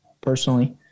personally